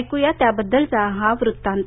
ऐकू या त्याबद्दलचा हा वृत्तांत